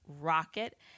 rocket